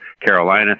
Carolina